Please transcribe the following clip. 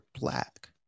black